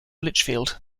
lichfield